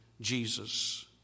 Jesus